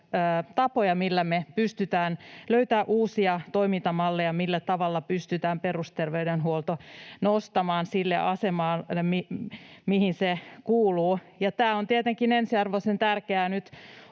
tapoja, millä me pystytään löytämään uusia toimintamalleja, millä tavalla pystytään perusterveydenhuolto nostamaan siihen asemaan, mihin se kuuluu. Tämä on tietenkin ensiarvoisen tärkeää nyt